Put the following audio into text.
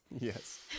Yes